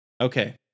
Okay